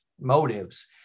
motives